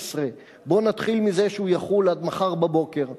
בואו נתחיל מזה שהוא יחול עד מחר בבוקר,